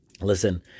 listen